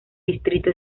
distrito